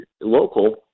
local